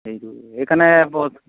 সেইটো সেইকাৰণে বহুত